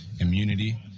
immunity